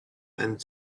and